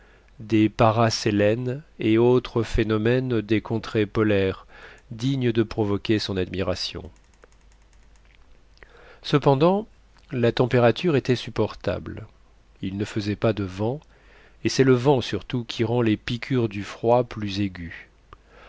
des parasélènes et autres phénomènes des contrées polaires dignes de provoquer son admiration cependant la température était supportable il ne faisait pas de vent et c'est le vent surtout qui rend les piqûres du froid plus aiguës